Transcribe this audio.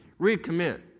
recommit